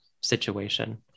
situation